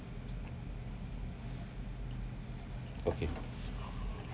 okay